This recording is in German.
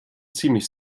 ziemlich